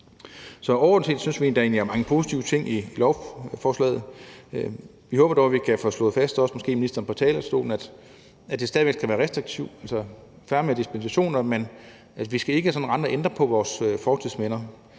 Så overordnet set synes vi egentlig, at der er mange positive ting i lovforslaget. Vi håber dog, at vi også kan få fastslået, måske af ministeren her fra talerstolen, at det stadig væk skal være restriktivt. Altså, fair nok med dispensationer, men vi skal ikke rende og ændre i vores fortidsminder.